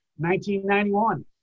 1991